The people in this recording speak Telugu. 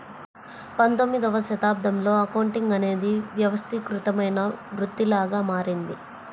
పంతొమ్మిదవ శతాబ్దంలో అకౌంటింగ్ అనేది వ్యవస్థీకృతమైన వృత్తిలాగా మారింది